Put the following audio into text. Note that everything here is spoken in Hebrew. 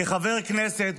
כחבר כנסת,